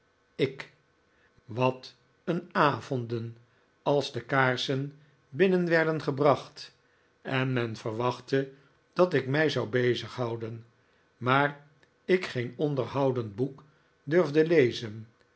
ik wat een avonden als de kaarsen binnen werden gebracht en men verwachtte dat ik mij zou bezighouden maar ik geen onderhoudend boek durfde lezen